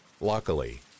Luckily